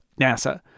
NASA